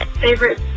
favorite